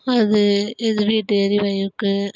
அது எதிர் வீட்டு எரிவாயுக்கு